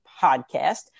Podcast